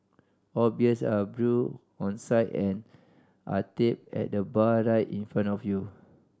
all beers are brewed on site and are tapped at the bar right in front of you